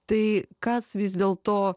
tai kas vis dėl to